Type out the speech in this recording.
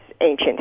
ancient